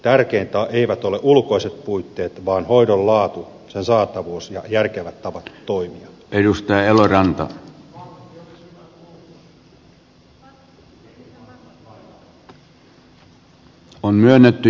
tärkeintä eivät ole ulkoiset puitteet vaan hoidon laatu sen saatavuus ja järkevät tavat toimia